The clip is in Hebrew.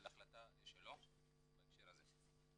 להחלטה שלו בהקשר הזה.